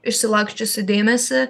išsilaksčiusį dėmesį